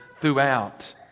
throughout